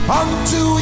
unto